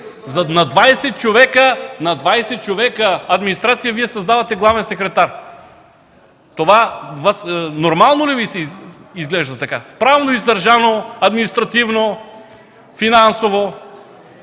На 20 човека администрация Вие създавате „главен секретар”. Това нормално ли Ви изглежда – правно издържано, административно, финансово?!